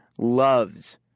loves